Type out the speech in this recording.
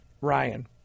Ryan